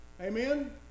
Amen